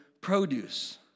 produce